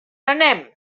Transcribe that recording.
anem